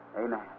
Amen